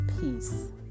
peace